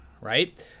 right